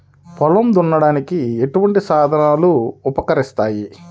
పొలం దున్నడానికి ఎటువంటి సాధనలు ఉపకరిస్తాయి?